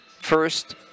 First